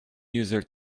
user